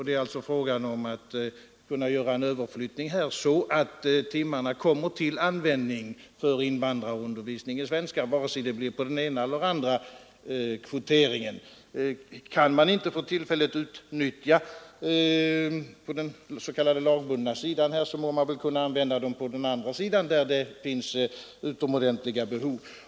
Det är alltså fråga om att kunna göra en överflyttning så att timmarna kommer till användning för invandrarundervisning i svenska, vare sig det blir på den ena eller på den andra kvoteringen. Kan man inte för tillfället utnyttja timmar på den s.k. lagbundna sidan, må man väl kunna använda dem på den andra sidan; det finns utomordentliga behov.